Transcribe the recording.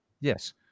Yes